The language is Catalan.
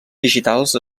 digitals